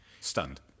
stunned